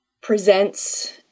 presents